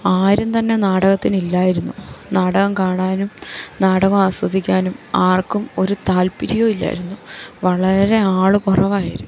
ആരും തന്നെ നാടകത്തിനില്ലായിരുന്നു നാടകം കാണാനും നാടകം ആസ്വദിക്കാനും ആർക്കും ഒരു താല്പര്യവും ഇല്ലായിരുന്നു വളരെ ആള് കുറവായിരുന്നു